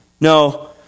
No